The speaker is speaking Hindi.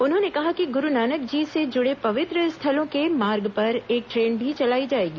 उन्होंने कहा कि गुरू नानक जी से जुड़े पवित्र स्थ्थलों के मार्ग पर एक ट्रेन भी चलाई जाएगी